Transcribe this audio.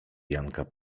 janka